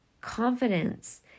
Confidence